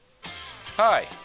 Hi